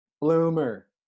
bloomer